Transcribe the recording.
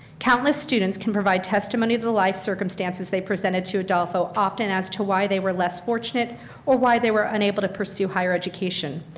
countless students can provide testimony to the life circumstances they presented to adolfo often asked to why they were less fortunate or why they were unable to pursue higher education.